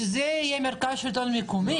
שזה יהיה מרכז השלטון המקומי.